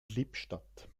lippstadt